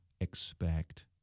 expect